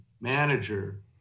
manager